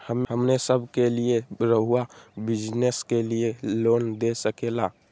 हमने सब के लिए रहुआ बिजनेस के लिए लोन दे सके ला?